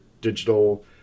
digital